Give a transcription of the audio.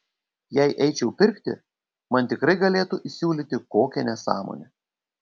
jei eičiau pirkti man tikrai galėtų įsiūlyti kokią nesąmonę